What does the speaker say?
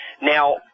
Now